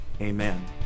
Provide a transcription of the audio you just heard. Amen